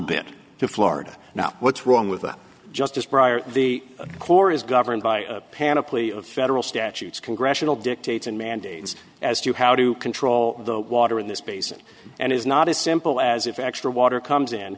bit to florida now what's wrong with the justice briar the core is governed by panoply of federal statutes congressional dictates and mandates as to how to control the water in this basin and is not as simple as if extra water comes in